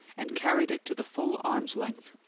and carried it to the full arm's length.